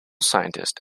scientist